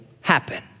happen